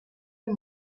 and